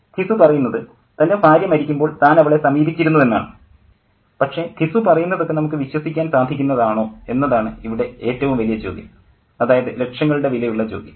ഘിസു പറയുന്നത് തൻ്റെ ഭാര്യ മരിക്കുമ്പോൾ താൻ അവളെ സമീപിച്ചിരുന്നു എന്നാണ് പക്ഷേ ഘിസു പറയുന്നതൊക്കെ നമുക്ക് വിശ്വസിക്കാൻ സാധിക്കുന്നതാണോ എന്നതാണ് ഇവിടെ ഏറ്റവും വലിയ ചോദ്യം അതാണ് ലക്ഷങ്ങളുടെ വിലയുള്ള ചോദ്യം